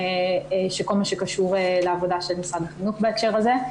כל מה שקשור לעבודה של משרד החינוך בהקשר הזה.